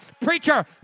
Preacher